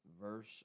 verse